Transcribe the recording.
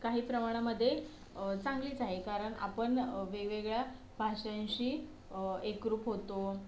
काही प्रमाणामध्ये चांगलीच आहे कारण आपण वेगवेगळ्या भाषांशी एकरूप होतो